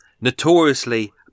notoriously